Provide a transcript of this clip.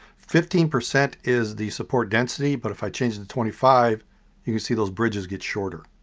fifteen percent is the support density but if i change the twenty five you can see those bridges get shorter.